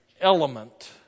element